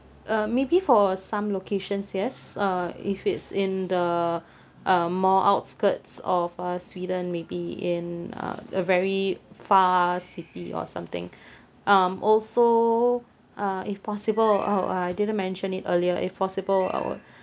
uh maybe for some locations yes uh if it's in the uh more outskirts of uh sweden maybe in uh a very far city or something um also uh if possible oh I didn't mention it earlier if possible I would